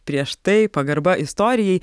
prieš tai pagarba istorijai